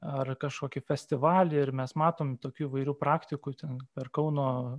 ar kažkokį festivalį ir mes matom tokių įvairių praktikų ten per kauno